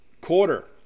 Quarter